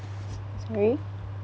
sorry